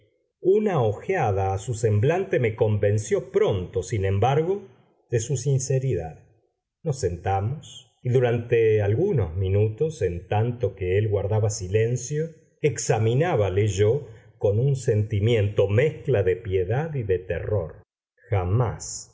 una ojeada a su semblante me convenció pronto sin embargo de su sinceridad nos sentamos y durante algunos minutos en tanto que él guardaba silencio examinábale yo con un sentimiento mezcla de piedad y de terror jamás